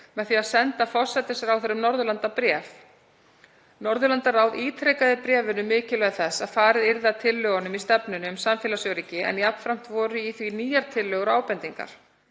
með því að senda forsætisráðherrum Norðurlanda bréf. Norðurlandaráð ítrekaði í bréfinu mikilvægi þess að farið yrði að tillögunum í stefnunni um samfélagsöryggi en jafnframt voru í því nýjar tillögur og ábendingar.